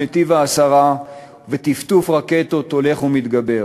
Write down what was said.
נתיב-העשרה וטפטוף רקטות הולך ומתגבר.